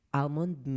almond